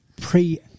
pre